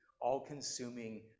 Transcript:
all-consuming